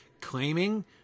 claiming